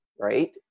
right